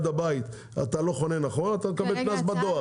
אתה לא חונה נכון, תקבל קנס בדואר.